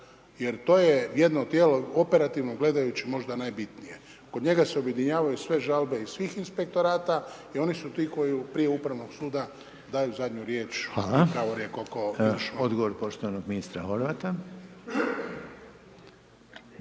jer to je jedno tijelo operativno gledajući možda najbitnije. Kod njega se objedinjavanju sve žalbe iz svih inspektorata i oni su ti koji prije upravnog suda, daju zadnju riječ i pravorijek .../Govornik se